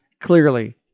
Clearly